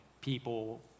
people